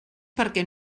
perquè